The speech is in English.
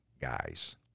guys